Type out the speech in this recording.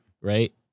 Right